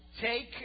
Take